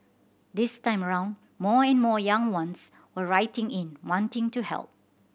this time round more and more young ones were writing in wanting to help